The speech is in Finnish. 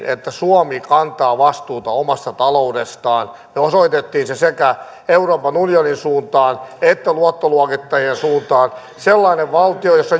että suomi kantaa vastuuta omasta taloudestaan ja osoitimme sen sekä euroopan unionin suuntaan että luottoluokittajien suuntaan sellaiseen valtioon jossa